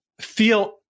feel